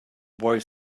boy